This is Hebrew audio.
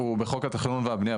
הוא בחוק התכנון והבנייה.